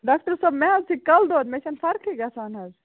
doctor صٲب مےٚ حَظ چھُ کَلہٕ دود مےٚ چھنہٕ فَرکھٕے گژھَان حَظ